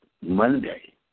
Monday